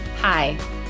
Hi